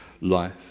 life